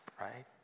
right